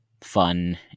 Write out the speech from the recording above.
fun